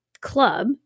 club